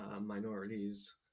minorities